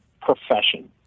profession